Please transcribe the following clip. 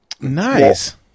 nice